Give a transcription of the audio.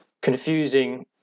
confusing